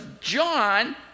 John